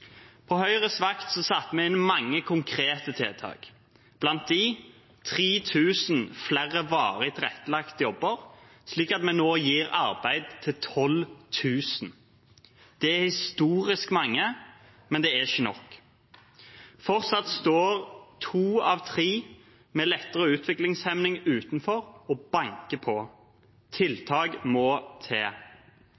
På Høyres vakt satte vi inn mange konkrete tiltak, blant dem 3 000 flere varig tilrettelagte jobber, slik at vi nå gir arbeid til 12 000. Det er historisk mange, men det er ikke nok. Fortsatt står to av tre med lettere utviklingshemming utenfor og banker på. Tiltak må til.